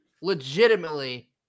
legitimately